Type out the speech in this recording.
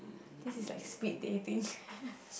this is like speed dating